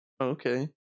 okay